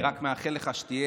אני רק מאחל לך שתהיה